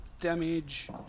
damage